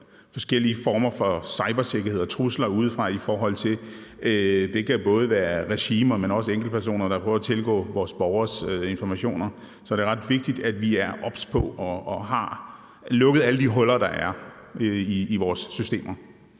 forskellige former for cybersikkerhed og trusler udefra, både fra regimer, men også fra enkeltpersoner, der prøver at tilgå vores borgeres informationer, så er det ret vigtigt, at vi er obs på, at vi har lukket alle de huller, der er i vores systemer.